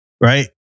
right